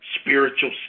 spiritual